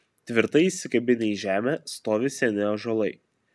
tvirtai įsikabinę į žemę stovi seni ąžuolai